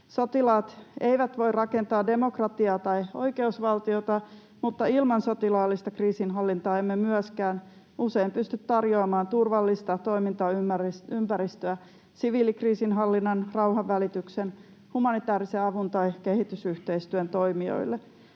Sotilaat eivät voi rakentaa demokratiaa tai oikeusvaltiota, mutta ilman sotilaallista kriisinhallintaa emme myöskään usein pysty tarjoamaan turvallista toimintaympäristöä siviilikriisinhallinnan, rauhanvälityksen, humanitäärisen avun tai kehitysyhteistyön toimijoille.